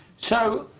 so,